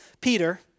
Peter